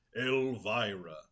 elvira